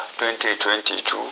2022